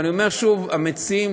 ואני אומר שוב: המציעים,